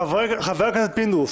אני מבקש, חבר הכנסת פינדרוס.